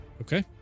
Okay